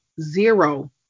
zero